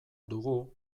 dugu